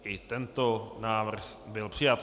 I tento návrh byl přijat.